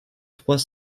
trois